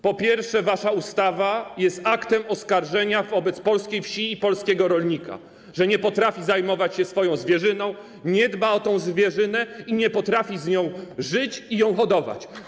Po pierwsze, wasza ustawa jest aktem oskarżenia wobec polskiej wsi i polskiego rolnika, że nie potrafi zajmować się swoją zwierzyną, nie dba o tę zwierzynę, nie potrafi z nią żyć i jej hodować.